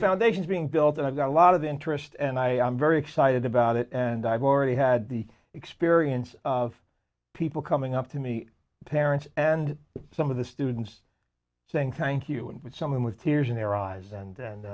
foundations being built and i've got a lot of interest and i am very excited about it and i've already had the experience of people coming up to me parents and some of the students saying thank you and with something with tears in their eyes